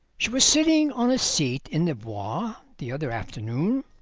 she was sitting on a seat in the bois the other afternoon,